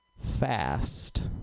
fast